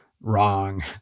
Wrong